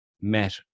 met